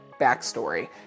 backstory